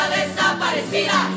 desaparecida